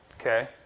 Okay